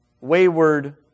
wayward